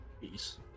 Peace